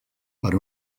per